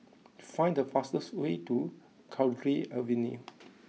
find the fastest way to Cowdray Avenue